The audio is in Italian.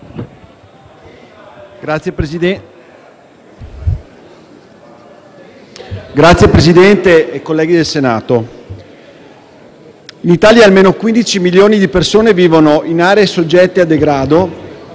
Signor Presidente, colleghi del Senato, in Italia almeno 15 milioni di persone vivono in aree soggette a degrado,